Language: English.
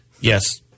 Yes